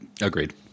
Agreed